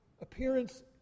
appearance